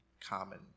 Common